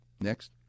Next